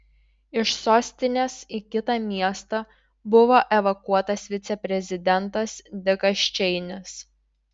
iš sostinės į kitą miestą buvo evakuotas viceprezidentas dikas čeinis